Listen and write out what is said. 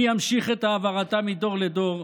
מי ימשיך את העברתה מדור לדור?